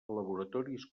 laboratoris